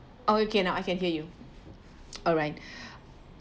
okay now I can hear you alright